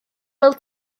fel